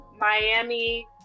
Miami